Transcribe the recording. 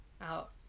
out